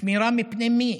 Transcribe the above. שמירה מפני מי?